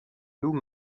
lou